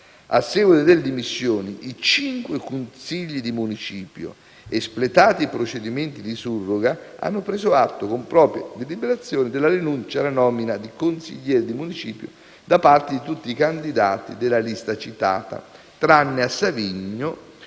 A seguito delle dimissioni, i cinque consigli di municipio, espletati i procedimenti di surroga, hanno preso atto, con proprie deliberazioni, della rinuncia alla nomina di consigliere di municipio da parte di tutti i candidati della citata lista, tranne a Savigno,